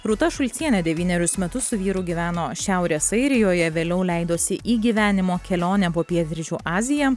rūta šulcienė devynerius metus su vyru gyveno šiaurės airijoje vėliau leidosi į gyvenimo kelionę po pietryčių aziją